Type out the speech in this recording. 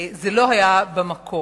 זה לא היה במקום.